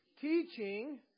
teaching